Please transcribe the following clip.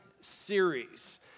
series